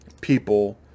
people